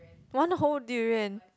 one whole durian